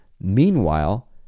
Meanwhile